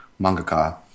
mangaka